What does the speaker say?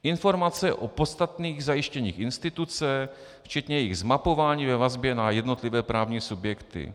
Informace o podstatných zajištěních instituce včetně jejich zmapování ve vazbě na jednotlivé právní subjekty.